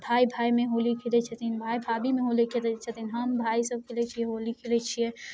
भाइ भाइमे होली खेलै छथिन भाइ भाभीमे होली खेलै छथिन हम भाइसब खेलै छिए होली खेलै छिए